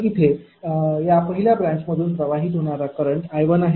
तर येथे या पहिल्या ब्रांचमधून प्रवाहित होणारा करंट हा I1आहे